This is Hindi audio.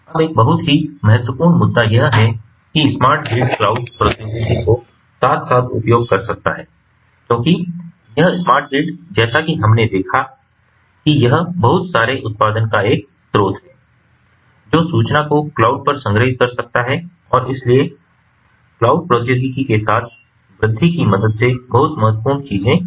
अब एक बहुत ही महत्वपूर्ण मुद्दा यह है कि स्मार्ट ग्रिड क्लाउड प्रौद्योगिकी को साथ साथ उपयोग कर सकता है क्योंकि यह स्मार्ट ग्रिड जैसा कि हमने देखा है कि यह बहुत सारे उत्पादन का एक स्रोत है जो सूचना को क्लाउड पर संग्रहीत कर सकता है और इसलिए क्लाउड प्रौद्योगिकी के साथ वृद्धि की मदद से बहुत महत्वपूर्ण चीजें कि जा सकती हैं